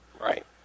Right